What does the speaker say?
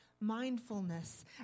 mindfulness